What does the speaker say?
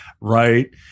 right